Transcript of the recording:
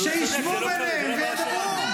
שישבו ביניהם וידברו.